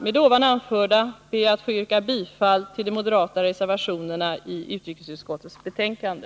Med det anförda ber jag att få yrka bifall till de moderata reservationerna vid utrikesutskottets betänkande.